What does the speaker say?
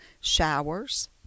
showers